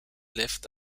left